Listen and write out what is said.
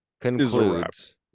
concludes